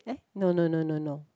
eh no no no no no